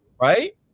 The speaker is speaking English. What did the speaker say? right